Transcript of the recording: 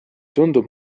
tundub